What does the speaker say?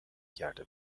کرده